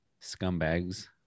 scumbags